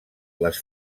les